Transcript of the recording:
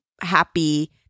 happy